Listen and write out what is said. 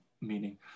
meaning